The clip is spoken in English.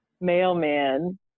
mailman